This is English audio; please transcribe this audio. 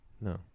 No